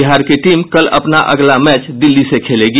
बिहार की टीम कल अपना अगला मैच दिल्ली से खेलेगी